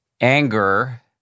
anger